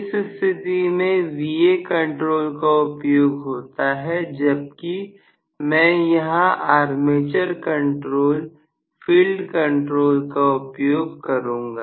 इस स्थिति में Va कंट्रोल का उपयोग होता है जबकि मैं यहां आर्मी च कंट्रोल फील्ड कंट्रोल का उपयोग करूंगा